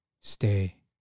stay